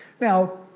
Now